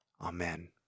Amen